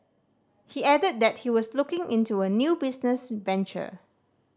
he added that he was looking into a new business venture